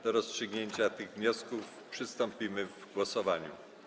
Do rozstrzygnięcia tych wniosków przystąpimy w głosowaniu.